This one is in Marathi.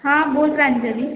हा बोल प्रांजली